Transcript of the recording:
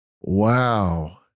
Wow